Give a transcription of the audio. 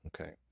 okay